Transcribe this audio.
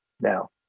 Now